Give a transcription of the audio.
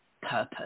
purpose